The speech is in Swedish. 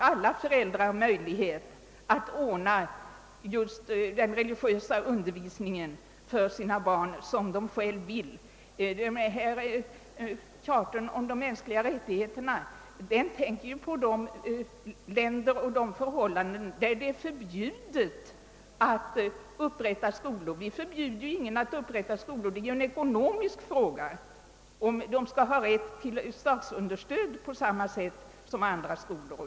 Alla föräldrar har möjlighet att ordna den religiösa undervisningen för sina barn som de själva vill. Konventionen om de mänskliga rättigheterna avser de länder där det är förbjudet att upprätta skolor. Vi förbjuder ingen att upprätta skolor. Det är en ekonomisk fråga huruvida dessa skolor skall ha rätt till statsunderstöd på samma sätt som andra skolor.